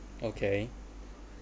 okay